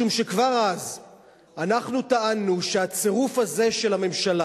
משום שכבר אז אנחנו טענו שהצירוף הזה של הממשלה,